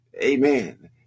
Amen